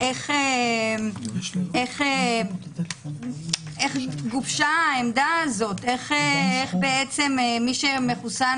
איך גובשה העמדה הזאת, איך בעצם מי שמחוסן